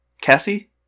Cassie